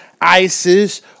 ISIS